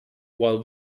while